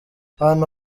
abantu